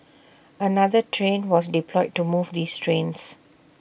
another train was deployed to move these trains